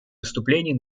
выступлений